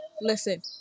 Listen